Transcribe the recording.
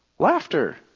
Laughter